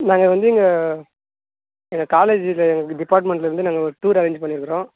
நாங்கள் வந்துங்க எங்கள் எங்கள் காலேஜில் டிப்பார்ட்மெண்ட்டில் இருந்து நாங்கள் ஒரு டூரு அரேஞ்சு பண்ணிருக்குறோம்